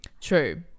True